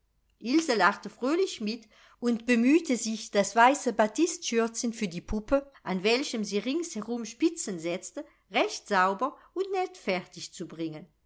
ilse lachte fröhlich mit und bemühte sich das weiße batistschürzchen für die puppe an welchem sie rings herum spitzen setzte recht sauber und nett fertig zu